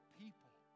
people